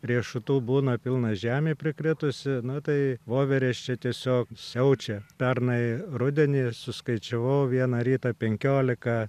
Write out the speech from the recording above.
riešutų būna pilna žemė prikritusi na tai voverės čia tiesiog siaučia pernai rudenį suskaičiavau vieną rytą penkiolika